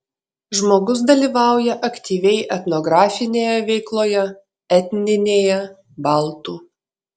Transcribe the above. žmogus dalyvauja aktyviai etnografinėje veikloje etninėje baltų